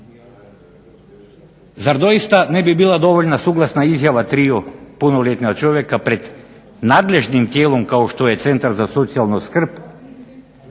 Zar doista ne bi bila dovoljna suglasna izjava 3 punoljetna čovjeka pred nadležnim tijelom kao što je Centar za socijalnu skrb,